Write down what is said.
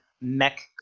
mech